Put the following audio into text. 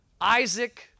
Isaac